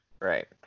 Right